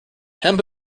hemp